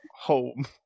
home